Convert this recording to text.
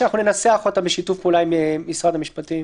שאנחנו ננסח אותם בשיתוף פעולה עם משרד המשפטים.